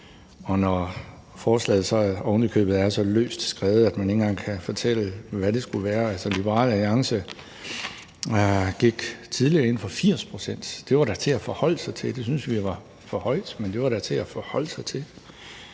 så ovenikøbet er så løst skrevet, at man ikke engang kan fortælle, hvad den skulle være. Liberal Alliance gik tidligere ind for 80 pct., og det var da til at forholde sig til. Vi syntes, det var for højt, men det var da til at forholde sig til.